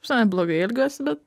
visai blogai elgiuosi bet